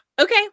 Okay